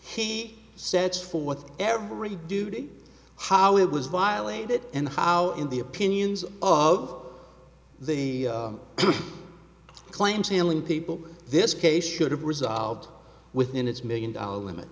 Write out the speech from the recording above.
he sets forth every duty how it was violated and how in the opinions of the claims dealing people this case should have resolved within his million dollar